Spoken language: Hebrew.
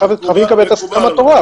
חייבים לקבל את הסכמת הוריו.